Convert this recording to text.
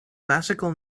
classical